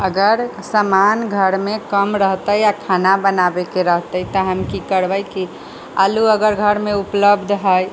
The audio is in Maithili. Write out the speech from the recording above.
अगर सामान घरमे कम रहतै आ खाना बनाबैके रहतै तऽ हम की करबै कि आलू अगर घरमे उपलब्ध हइ